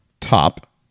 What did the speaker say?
top